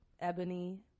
ebony